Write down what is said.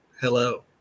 Hello